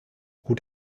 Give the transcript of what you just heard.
gut